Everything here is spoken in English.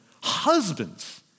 Husbands